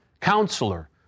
Counselor